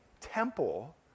temple